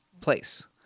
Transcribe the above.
place